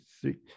three